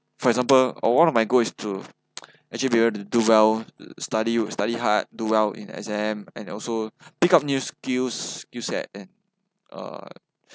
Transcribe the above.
for example oh one of my goal is to actually be able to do well study study hard do well in the exam and also pick up new skills skill set and uh